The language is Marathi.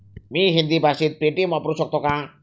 मी हिंदी भाषेत पेटीएम वापरू शकतो का?